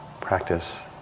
practice